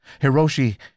Hiroshi